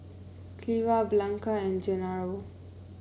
Cleva Blanca and Genaro